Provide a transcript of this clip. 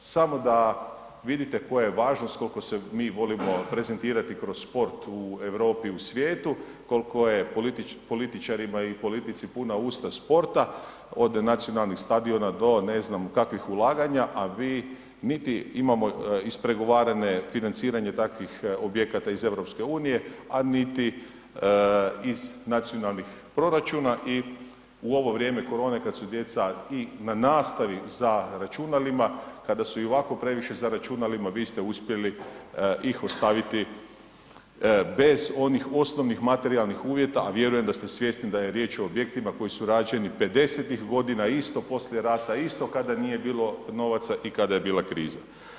Samo da vidite koja je važnost koliko se mi volimo prezentirati kroz sport u Europi i u svijetu, koliko je političarima i politici puna usta sporta od nacionalnih stadiona do ne znam kakvih ulaganja, a vi niti imamo ispregovarane financiranje takvih objekata iz EU, a niti iz nacionalnih proračuna i u ovo vrijeme korone kad su djeca i na nastavi za računalima, kada su i ovako previše za računalima vi ste uspjeli ih ostaviti bez onih osnovnih materijalnih uvjeta, a vjerujem da ste svjesni da je riječ o objektima koji su rađeni 50-tih godina, isto poslije rata, isto kada nije bilo novaca i kada je bila kriza.